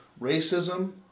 racism